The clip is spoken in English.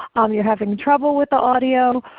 um you are having trouble with the audio,